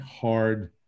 hard